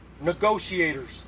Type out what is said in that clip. negotiators